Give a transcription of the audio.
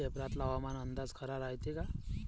पेपरातला हवामान अंदाज खरा रायते का?